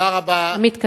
עמית קציר.